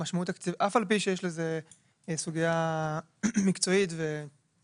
אף על פי שיש סביב זה סוגייה מקצועית ורפואית